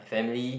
family